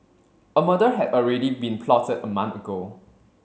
a murder had already been plotted a month ago